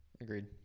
Agreed